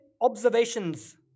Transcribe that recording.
observations